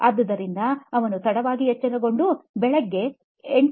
ಆದುದರಿಂದ ಅವನು ತಡವಾಗಿ ಎಚ್ಚರಗೊಂಡು ಬೆಳಿಗ್ಗೆ 8